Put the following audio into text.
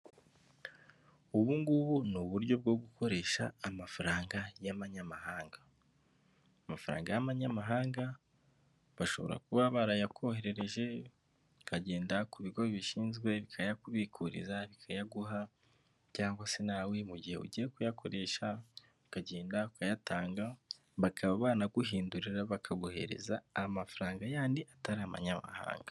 Ubu ngubu ni uburyo bwo gukoresha amafaranga y'amanyamahanga amafaranga y'amanyamahanga bashobora kuba barayakoherereje bikagenda ku bigo bishinzwe bikayabikuriza bikayaguha cyangwa se nawe mu gihe ugiye kuyakoresha ukagenda ukayatanga bakaba banaguhindurira bakaguhereza amafaranga yandi atari amanyamahanga.